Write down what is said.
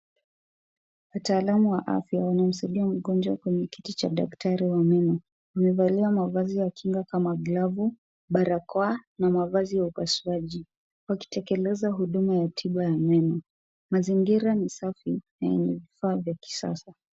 Wataalamu wa afya wanamsaidia mgonjwa kwenye kiti cha daktari wa meno. Wamevalia mavazi ya kinga kama glavu, barakoa na mavazi ya upasuaji wakitekeleza huduma ya tiba ya meno. Mazingira ni safi na yenye vifaa vya kisasa.